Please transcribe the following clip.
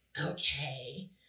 Okay